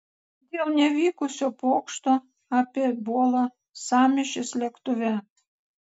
dėl nevykusio pokšto apie ebolą sąmyšis lėktuve